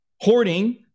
Hoarding